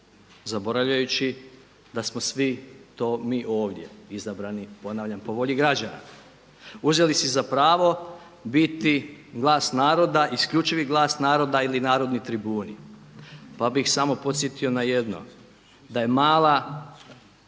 zaboravljajući da smo svi to mi ovdje izabrani ponavljam po volji građana uzeli si za pravo biti glas naroda, isključivi glas naroda ili narodni tribuni. Pa bih samo podsjetio na jedno, da je mala